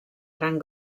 gran